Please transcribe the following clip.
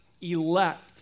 elect